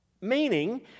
Meaning